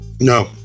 No